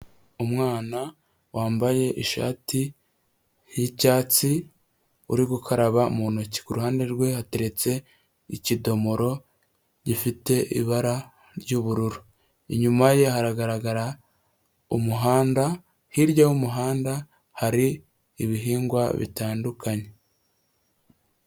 Umwana wambaye ishati y'icyatsi uri gukaraba mu ntoki, ku ruhande rwe hateretse ikidomoro gifite ibara ry'ubururu, inyuma ye hagarara umuhanda hirya y'umuhanda hari ibihingwa bitandukanye.